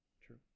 true